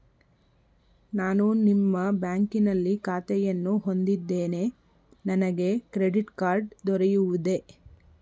ನಾನು ನಿಮ್ಮ ಬ್ಯಾಂಕಿನಲ್ಲಿ ಖಾತೆಯನ್ನು ಹೊಂದಿದ್ದೇನೆ ನನಗೆ ಕ್ರೆಡಿಟ್ ಕಾರ್ಡ್ ದೊರೆಯುವುದೇ?